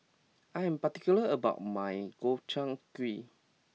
I am particular about my Gobchang Gui